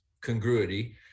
congruity